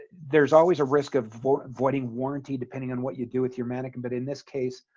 there's always a risk of avoiding warranty depending on what you do with your mannequin but in this case,